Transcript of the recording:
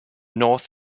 north